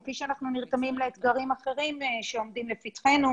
כפי שאנחנו נרתמים לאתגרים אחרים שעומדים לפתחנו